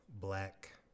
Black